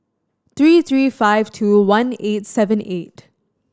three three five two one eight seven eight